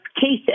cases